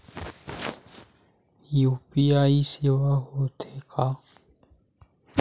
UPI सेवाएं हो थे का?